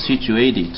situated